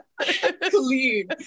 clean